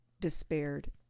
despaired